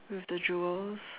with the jewels